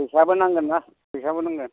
फैसाबो नांगोन ना फैसाबो नांगोन